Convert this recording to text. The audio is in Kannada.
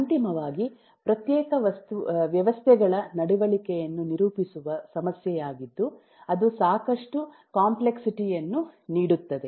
ಅಂತಿಮವಾಗಿ ಪ್ರತ್ಯೇಕ ವ್ಯವಸ್ಥೆಗಳ ನಡವಳಿಕೆಯನ್ನು ನಿರೂಪಿಸುವ ಸಮಸ್ಯೆಯಾಗಿದ್ದು ಅದು ಸಾಕಷ್ಟು ಕಾಂಪ್ಲೆಕ್ಸಿಟಿ ಯನ್ನು ನೀಡುತ್ತದೆ